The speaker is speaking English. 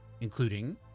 including